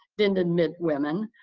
didn't admit women.